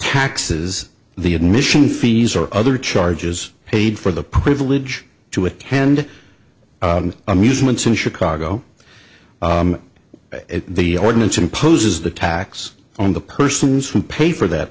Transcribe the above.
taxes the admission fees or other charges paid for the privilege to a hand amusements in chicago the ordinance imposes the tax on the persons who pay for that